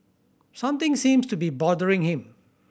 something seems to be bothering him